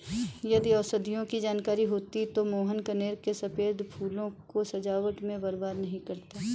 यदि औषधियों की जानकारी होती तो मोहन कनेर के सफेद फूलों को सजावट में बर्बाद नहीं करता